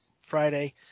Friday